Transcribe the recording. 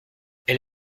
elle